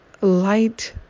light